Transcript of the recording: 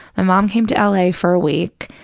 my mom came to l. a. for a week.